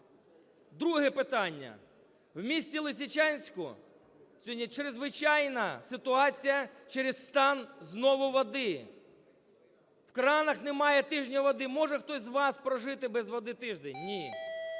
Друге питання. В місті Лисичанську сьогодні чрезвичайна ситуація через стан знову води. В кранах немає тижні води. Може хтось з вас прожити без води тиждень? Ні.